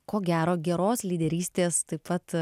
ko gero geros lyderystės taip pat